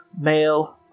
male